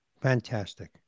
Fantastic